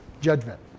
judgment